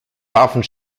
warfen